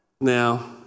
Now